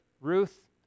Ruth